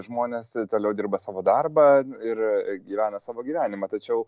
žmonės toliau dirba savo darbą ir gyvena savo gyvenimą tačiau